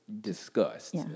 discussed